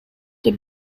the